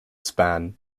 span